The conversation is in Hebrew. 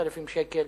3,000 שקלים,